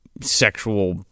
sexual